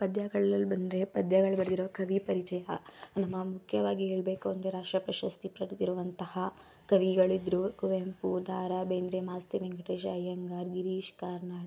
ಪದ್ಯಗಳೆಲ್ಲ ಬಂದರೆ ಪದ್ಯಗಳು ಬರೆದಿರೋ ಕವಿ ಪರಿಚಯ ಮ ಮುಖ್ಯವಾಗಿ ಹೇಳಬೇಕು ಅಂದರೆ ರಾಷ್ಟ್ರ ಪ್ರಶಸ್ತಿ ಪಡೆದಿರುವಂತಹ ಕವಿಗಳಿದ್ದರು ಕುವೆಂಪು ದ ರಾ ಬೇಂದ್ರೆ ಮಾಸ್ತಿ ವೆಂಕಟೇಶ್ ಅಯ್ಯಂಗಾರ್ ಗಿರೀಶ್ ಕಾರ್ನಾಡ್